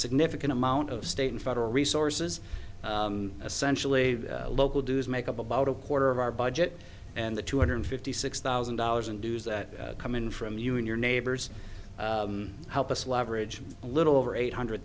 significant amount of state and federal resources essential a local do is make up about a quarter of our budget and the two hundred fifty six thousand dollars in dues that come in from you and your neighbors help us leverage a little over eight hundred